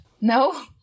No